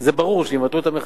ברור שאם יבטלו את המכסים,